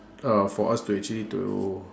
uh for us to actually to